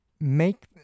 Make